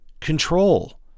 control